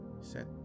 set